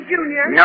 Junior